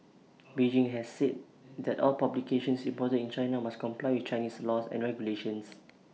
Beijing has said that all publications imported China must comply with Chinese laws and regulations